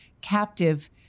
captive